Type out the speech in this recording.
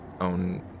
own